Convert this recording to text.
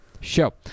show